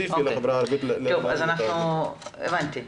הבנתי.